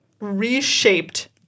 reshaped